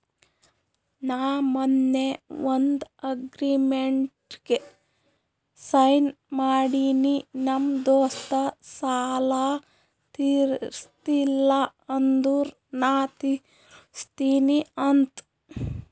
ನಾ ಮೊನ್ನೆ ಒಂದ್ ಅಗ್ರಿಮೆಂಟ್ಗ್ ಸೈನ್ ಮಾಡಿನಿ ನಮ್ ದೋಸ್ತ ಸಾಲಾ ತೀರ್ಸಿಲ್ಲ ಅಂದುರ್ ನಾ ತಿರುಸ್ತಿನಿ ಅಂತ್